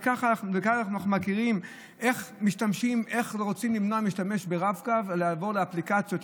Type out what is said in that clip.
וכך אנחנו מכירים: איך רוצים למנוע את השימוש ברב-קו ולעבור לאפליקציות?